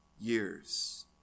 years